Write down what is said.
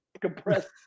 compressed